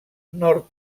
nord